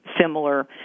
similar